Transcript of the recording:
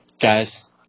Guys